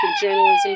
journalism